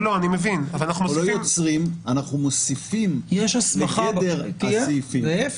אנחנו לא יוצרים, אנחנו מוסיפים לגדר הסעיפים.